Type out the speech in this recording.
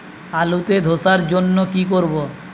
আলুতে ধসার জন্য কি করব?